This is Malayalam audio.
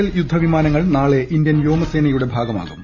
റഫേൽ യുദ്ധവിമാനങ്ങൾ നാളെ ഇന്ത്യൻ വ്യോമസേനയുടെ ഭാഗമാകും